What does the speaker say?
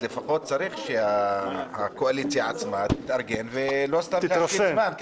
לפחות צריך שהקואליציה עצמה תתארגן ולא סתם להשחית זמן,